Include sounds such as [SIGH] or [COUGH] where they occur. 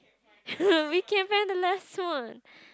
[LAUGHS] we can't find the last one